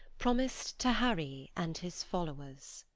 promis'd to harry, and his followers.